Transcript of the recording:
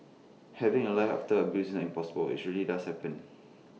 having A life after abuse isn't impossible it's really does happen